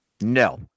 No